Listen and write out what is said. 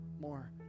more